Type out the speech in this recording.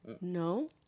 No